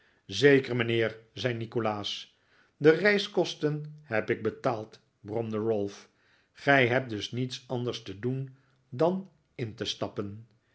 zeker mijnheer zei nikolaas de reiskosten heb ik betaald bromde ralph gij hebt dus niets anders te doen dan in te stappen